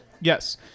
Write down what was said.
Yes